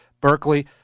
Berkeley